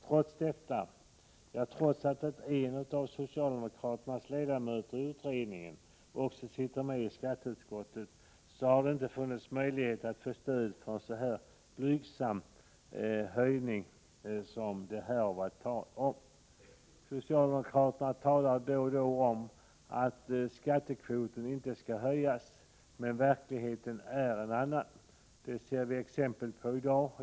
Trots detta och trots att en av socialdemokraternas ledamöter i utredningen också sitter i skatteutskottet, har det inte funnits möjligheter att få stöd för en så här blygsam höjning som det här har varit tal om. Socialdemokraterna talar då och då om att skattekvoten inte skall höjas. Men verkligheten är en annan. Det ser vi exempel på i dag.